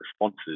responses